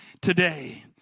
today